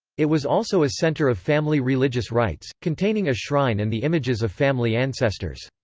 it was also a centre of family religious rites, containing a shrine and the images of family ancestors.